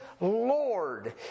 Lord